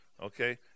okay